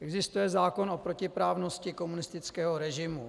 Existuje zákon o protiprávnosti komunistického režimu.